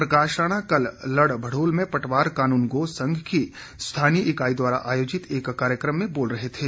प्रकाश राणा कल लड़भड़ोल में पटवार कानूनगो संघ की स्थानीय इकाई द्वारा आयोजित एक कार्यक्रम में बोल रहे थे